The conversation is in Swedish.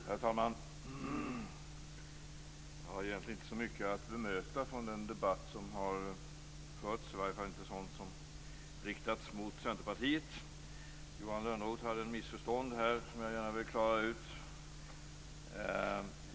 Herr talman! Jag har egentligen inte så mycket att bemöta från den debatt som har förts, åtminstone inte sådant som har riktats mot Centerpartiet. Johan Lönnroth missförstod en sak som jag gärna vill klara ut.